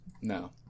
No